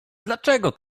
dlaczego